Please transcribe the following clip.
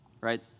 Right